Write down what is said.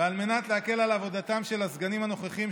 ועל מנת להקל על עבודתם של הסגנים הנוכחיים,